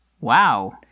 Wow